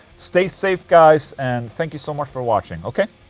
stay safe guys, and thank you so much for watching, ok?